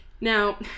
Now